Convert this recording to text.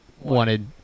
wanted